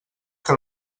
que